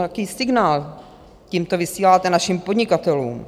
Jaký signál tímto vysíláte našim podnikatelům?